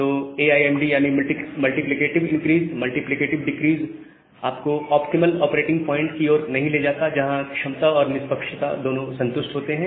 तो MI M D यानी multiplicative increase multiplicative decrease आपको ऑप्टिमल ऑपरेटिंग प्वाइंट की ओर नहीं ले जाता जहां क्षमता और निष्पक्षता दोनों संतुष्ट होते हैं